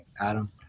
Adam